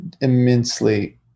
immensely